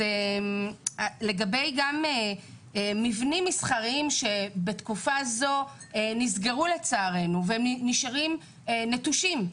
לגבי מבנים מסחריים שבתקופה זו לצערנו נסגרו ונשארים נטושים,